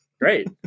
Great